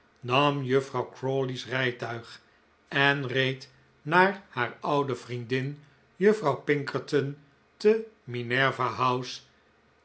nam juffrouw crawley's rijtuig en reed naar haar oude vriendin juffrouw pinkerton te minerva house